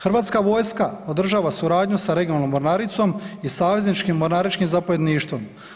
Hrvatska vojska održava suradnju sa regionalnom mornaricom i savezničkim mornaričkim zapovjedništvom.